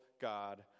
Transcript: God